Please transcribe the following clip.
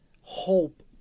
hope